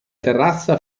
terrazza